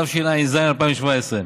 התשע"ז 2017,